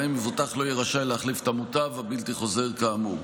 שבהם מבוטח לא יהיה רשאי להחליף את המוטב הבלתי-חוזר כאמור.